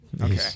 okay